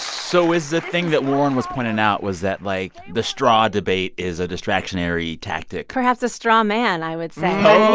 so is the thing that warren was pointing out was that, like, the straw debate is a distractionary tactic? perhaps a straw man, i would say